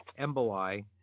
emboli